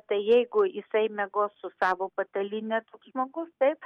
tai jeigu jisai miegos su savo patalyne žmogus taip